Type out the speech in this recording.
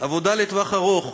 עבודה לטווח ארוך,